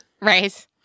Right